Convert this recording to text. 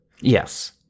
Yes